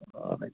ஆ